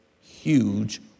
huge